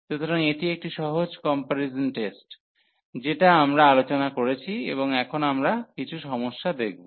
সুতরাং এটি একটি সহজ কম্পারিজন টেস্ট যেটা আমরা আলোচনা করেছি এবং এখন আমরা কিছু সমস্যা দেখব